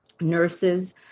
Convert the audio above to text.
nurses